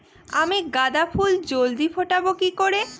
আমি গাঁদা ফুল জলদি ফোটাবো কি করে?